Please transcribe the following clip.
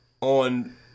on